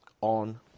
on